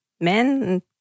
men